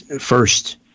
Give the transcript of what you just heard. first